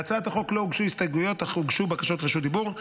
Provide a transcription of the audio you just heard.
להצעת החוק לא הוגשו הסתייגויות אך הוגשו בקשות רשות דיבור.